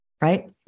Right